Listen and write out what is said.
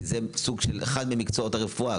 כי זה אחד ממקצועות הרפואה.